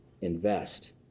invest